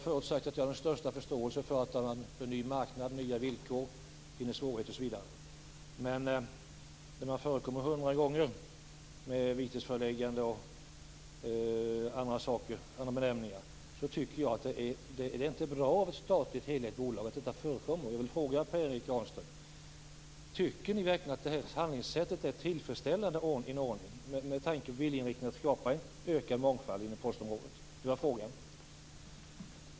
Jag har den största förståelse för att det på en ny marknad med nya villkor finns svårigheter. Men när man får hundra vitesförelägganden, då är det inte bra. Det är inte bra att detta förekommer i ett helägt statligt bolag. Min fråga till Per Erik Granström är: Tycker ni verkligen att detta handlingssätt är tillfredsställande med tanke på viljeinriktningen att skapa en ökad mångfald inom postområdet?